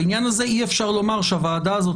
בעניין הזה אי אפשר לומר שהוועדה הזאת